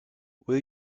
will